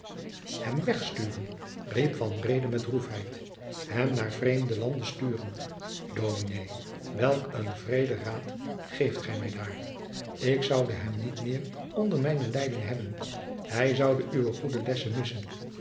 hem wegsturen riep van reede met droefheid hem naar vreemde landen sturen dominé welk een wreeden raad geeft gij mij daar ik zoude hem niet meer onder mijne leiding hebben hij zoude uwe goede lessen missen